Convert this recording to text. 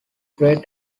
great